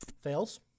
Fails